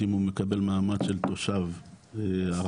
אם הוא מקבל מעמד של תושב ארעי,